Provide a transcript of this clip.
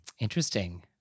Interesting